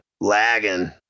lagging